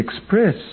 Express